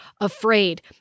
afraid